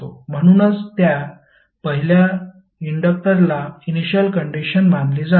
म्हणूनच त्या पहिल्या इंडक्टरला इनिशिअल कंडिशन मानली जाते